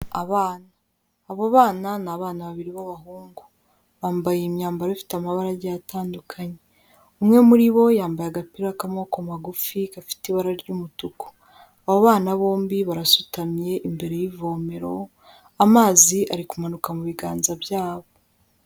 Abana, abo bana ni abana babiri b'abahungu, bambaye imyambaro ifite amabara agiye atandukanye, umwe muri bo yambaye agapira k'amaboko magufi gafite ibara ry'umutuku, abo bana bombi barasutamye imbere y'ivomero, amazi ari kumanuka mu biganza byabo.